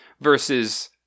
versus